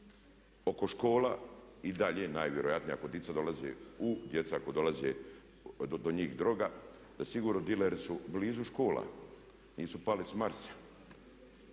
oko škola i dalje najvjerojatnije, ako djeca, dolazi do njih droga, da sigurno dileri su blizu škola, nisu pali s Marsa.